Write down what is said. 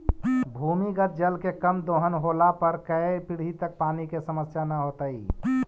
भूमिगत जल के कम दोहन होला पर कै पीढ़ि तक पानी के समस्या न होतइ